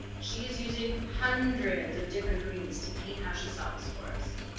she's using hundreds of different greens to paint how she saw this forest